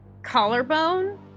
Collarbone